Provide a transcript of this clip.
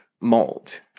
mold